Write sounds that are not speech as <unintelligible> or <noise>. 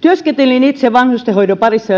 työskentelin itse vanhustenhoidon parissa <unintelligible>